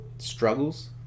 struggles